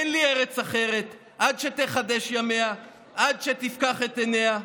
אין לי ארץ אחרת / עד שתחדש ימיה / עד שתפקח את עיניה,